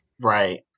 Right